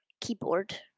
Keyboard